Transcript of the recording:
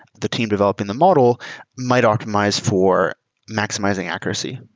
the team developing the model might optimize for maximizing accuracy.